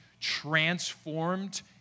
transformed